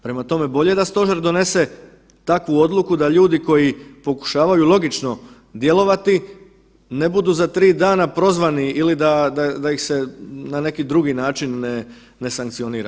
Prema tome, bolje da stožer donese takvu odluku da ljudi koji pokušavaju logično djelovati ne budu za 3 dana prozvani ili da ih se na neki drugi način ne sankcionira.